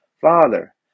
Father